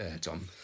Tom